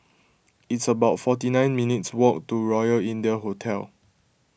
It's about forty nine minutes' walk to Royal India Hotel